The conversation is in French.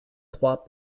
trois